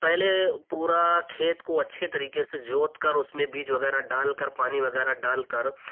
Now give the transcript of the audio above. پہلے پورا کھیت کو اچھے طریکے سے جوت کر اس میں بیج وگیرہ ڈال کر پانی وگیرہ ڈال کر